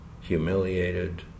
humiliated